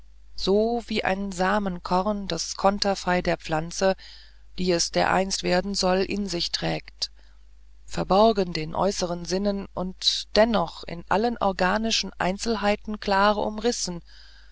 so wie ein samenkorn das konterfei der pflanze die es dereinst werden soll in sich trägt verborgen den äußeren sinnen und dennoch in allen organischen einzelheiten klar umrissen